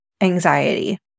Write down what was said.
anxiety